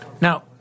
now